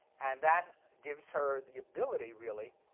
and that gives her the ability, really,